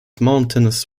mountainous